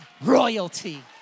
royalty